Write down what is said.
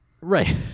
Right